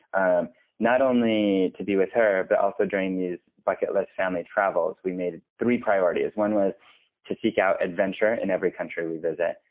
um not only to be with her, but also during these bucket list family travels. we made three priorities. one was to seek out adventure in every country we visit.